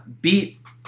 beat